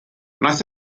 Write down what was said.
wnaeth